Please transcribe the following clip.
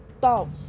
thoughts